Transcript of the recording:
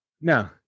No